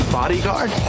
bodyguard